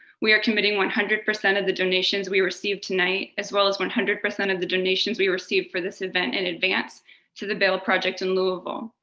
we are committing one hundred percent of the donations we receive tonight, as well as one hundred percent of the donations we received for this event in advance to the bail project in louisville,